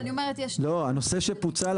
הנושא שפוצל,